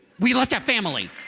we left out family.